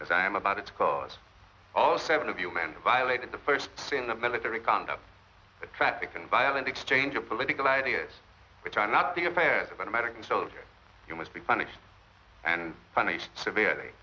as i am about it because all seven of human violated the first in the military conduct traffic and violent exchange of political ideas which are not the affairs of an american soldier you must be punished and punished severely